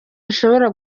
bishobora